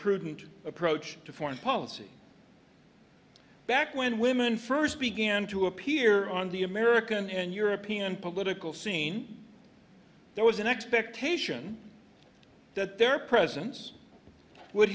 prudent approach to foreign policy back when women first began to appear on the american and european political scene there was an expectation that their presence would